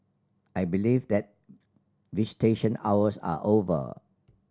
I believe that visitation hours are over